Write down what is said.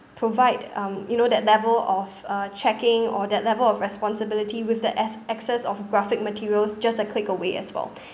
provide um you know that level of uh checking or that level of responsibility with the acc~ access of graphic materials just a click away as well